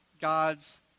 God's